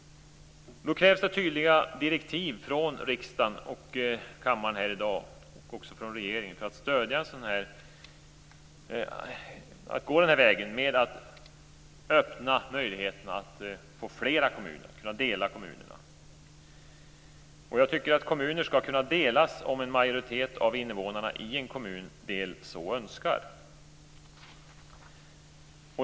Det krävs då tydliga direktiv från riksdagen och kammaren och också från regeringen för att stödja att man öppnar möjligheten att få fler kommuner och kunna dela kommuner. Jag tycker att en kommun skall kunna delas om en majoritet av invånarna i kommunen så önskar.